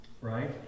right